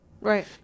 Right